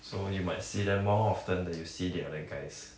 so you might see them more often than you see the other guys